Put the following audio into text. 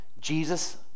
Jesus